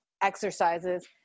exercises